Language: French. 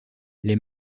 les